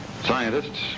Scientists